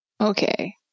Okay